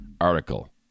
article